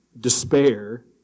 despair